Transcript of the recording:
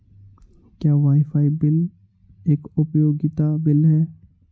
क्या wifi bill एक उपयोगिता बिल है?